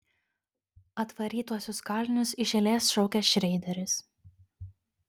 atvarytuosius kalinius iš eilės šaukia šreideris